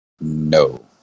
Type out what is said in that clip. No